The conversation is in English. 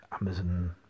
Amazon